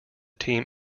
team